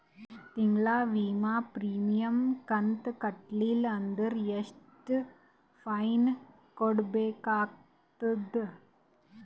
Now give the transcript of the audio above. ತಿಂಗಳ ವಿಮಾ ಪ್ರೀಮಿಯಂ ಕಂತ ಕಟ್ಟಲಿಲ್ಲ ಅಂದ್ರ ಎಷ್ಟ ಫೈನ ಕಟ್ಟಬೇಕಾಗತದ?